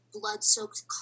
blood-soaked